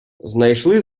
знайшли